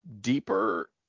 deeper